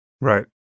Right